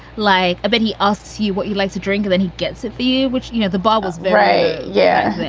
like, i bet he asks you what you like to drink. then he gets it for you, which, you know, the bar was very high. yeah.